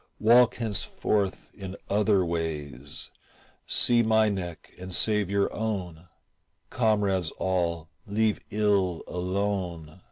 walk henceforth in other ways see my neck and save your own comrades all, leave ill alone.